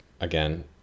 again